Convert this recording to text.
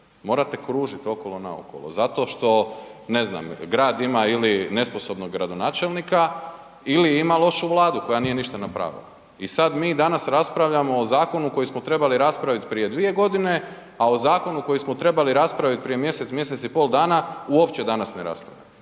Morate kružiti okolo naokolo zato što, ne znam, grad ima ili nesposobnog gradonačelnika ili ima lošu Vladu koja nije ništa napravila i sad mi danas raspravljamo o zakonu koji smo trebali raspraviti prije 2 godine, a o zakonu koji smo trebali raspraviti prije mjesec, mjesec i pol dana uopće danas ne raspravljamo.